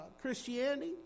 Christianity